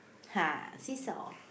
[hah] seesaw